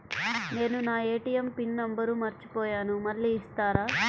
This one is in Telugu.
నేను నా ఏ.టీ.ఎం పిన్ నంబర్ మర్చిపోయాను మళ్ళీ ఇస్తారా?